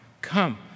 Come